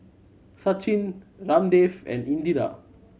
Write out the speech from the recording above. Sachin Ramdev and Indira